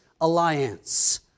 alliance